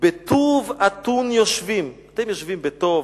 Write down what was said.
בטוב אתן יושבין, " אתם יושבים בטוב,